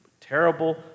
terrible